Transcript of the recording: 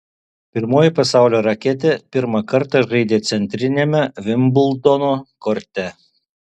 pirmoji pasaulio raketė pirmą kartą žaidė centriniame vimbldono korte